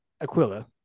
Aquila